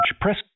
Press